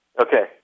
Okay